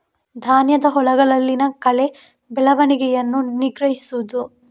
ಧಾನ್ಯದ ಹೊಲಗಳಲ್ಲಿನ ಕಳೆ ಬೆಳವಣಿಗೆಯನ್ನು ನಿಗ್ರಹಿಸುವುದು